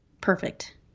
Perfect